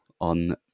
on